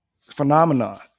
phenomenon